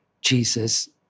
Jesus